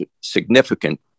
significant